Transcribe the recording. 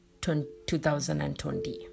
2020